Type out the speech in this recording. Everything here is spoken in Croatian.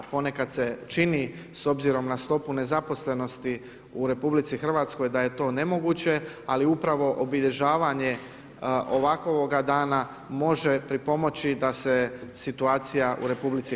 Ponekad se čini s obzirom na stopu nezaposlenosti u RH da je to nemoguće, ali upravo obilježavanje ovakvoga dana može pripomoći da se situacija u RH promijeni.